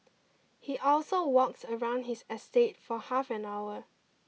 he also walks around his estate for half an hour